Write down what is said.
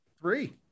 three